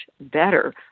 better